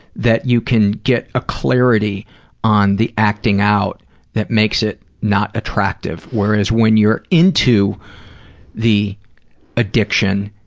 that you can get a clarity on the acting out that makes it not attractive, whereas when you're into the addiction,